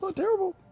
ah terrible.